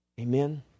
Amen